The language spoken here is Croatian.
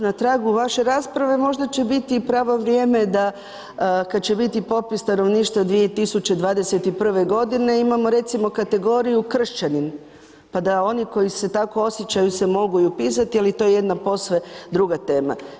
Na tragu vaše rasprave možda će biti i pravo vrijeme da, kad će biti popis stanovništva 2021. godine, imamo recimo kategoriju Kršćanin, pa da oni koji se tako osjećaju se mogu i upisati, ali to je jedna posve druga tema.